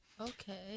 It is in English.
Okay